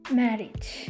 marriage